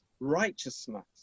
righteousness